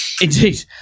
Indeed